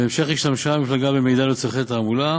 בהמשך השתמשה המפלגה במידע לצורכי תעמולה